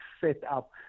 setup